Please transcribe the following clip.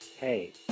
Hey